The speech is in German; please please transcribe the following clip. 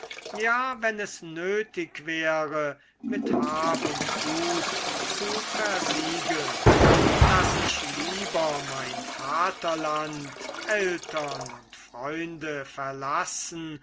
ja wenn es nötig wäre mit hab und gut zu versiegeln daß ich lieber mein vaterland eltern und freunde verlassen